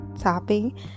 topping